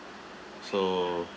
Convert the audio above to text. so